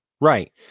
right